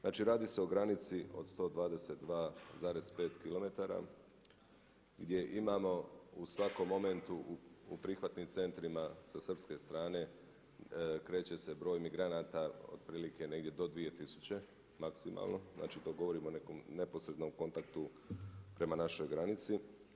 Znači radi se o granici od 122,5 km gdje imamo u svakom momentu u prihvatnim centrima sa srpske strane, kreće se broj migranata otprilike negdje do 2000 maksimalno, znači to govorim o nekom neposrednom kontaktu prema našoj granici.